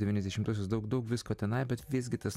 devyniasdešimtuosius daug daug visko tenai bet visgi tas